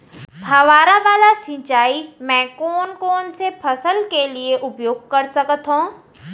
फवारा वाला सिंचाई मैं कोन कोन से फसल के लिए उपयोग कर सकथो?